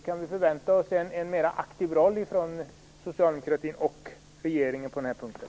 Kan vi förvänta oss en mer aktiv roll från socialdemokratin och regeringen på den här punkten?